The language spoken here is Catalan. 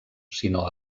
sinó